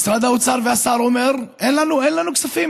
משרד האוצר והשר אומרים: אין לנו כספים.